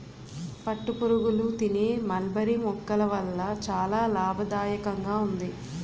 పట్టుపురుగులు తినే మల్బరీ మొక్కల వల్ల చాలా లాభదాయకంగా ఉంది